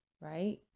right